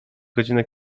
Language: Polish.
godzinę